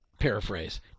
paraphrase